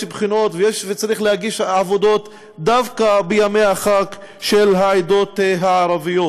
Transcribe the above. יש בחינות וצריך להגיש עבודות דווקא בימי החג של העדות הערביות.